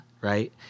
right